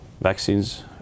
vaccines